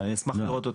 אני אשמח לראות אותם.